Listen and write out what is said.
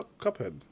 Cuphead